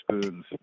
spoons